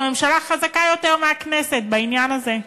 הממשלה חזקה יותר מהכנסת בעניין הזה.